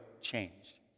changed